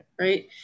right